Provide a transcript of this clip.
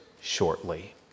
shortly